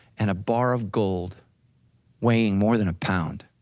and a bar of gold weighing more than a pound.